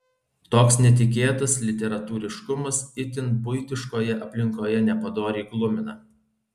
toks netikėtas literatūriškumas itin buitiškoje aplinkoje nepadoriai glumina